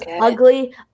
ugly